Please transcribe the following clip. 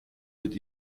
mit